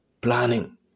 Planning